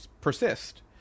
persist